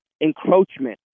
encroachment